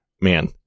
man